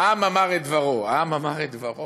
העם אמר את דברו, העם אמר את דברו,